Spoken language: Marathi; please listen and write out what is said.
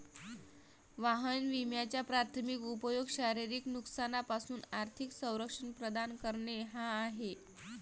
वाहन विम्याचा प्राथमिक उपयोग शारीरिक नुकसानापासून आर्थिक संरक्षण प्रदान करणे हा आहे